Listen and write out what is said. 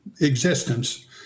existence